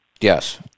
Yes